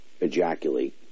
ejaculate